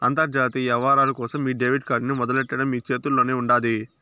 అంతర్జాతీయ యవ్వారాల కోసం మీ డెబిట్ కార్డ్ ని మొదలెట్టడం మీ చేతుల్లోనే ఉండాది